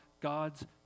God's